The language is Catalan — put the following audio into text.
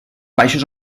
baixos